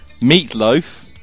Meatloaf